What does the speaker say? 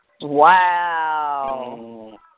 Wow